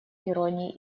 иронии